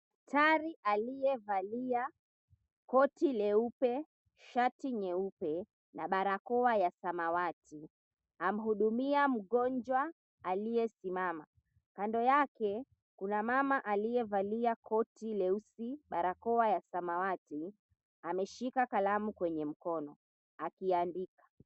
Daktari aliyevalia koti leupe, shati nyeupe na barakoa ya samawati, amhudumia mgonjwa aliyesimama. Kando yake kuna mama aliyevalia koti leusi, barakoa ya samawati, ameshika kalamu kwenye mkono akiandika.